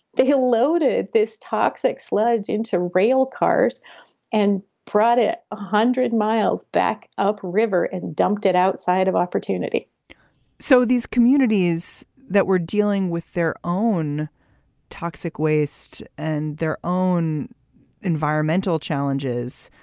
they had loaded this toxic sludge into rail cars and brought it one ah hundred miles back up river and dumped it outside of opportunity so these communities that were dealing with their own toxic waste and their own environmental challenges,